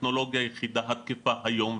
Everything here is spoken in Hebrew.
הטכנולוגיה היחידה התקפה היום,